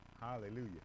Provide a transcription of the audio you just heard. Hallelujah